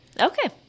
Okay